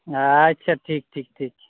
ᱟᱪᱪᱷᱟ ᱴᱷᱤᱠ ᱴᱷᱤᱠ ᱴᱷᱤᱠ